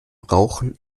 rauchen